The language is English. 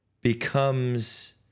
becomes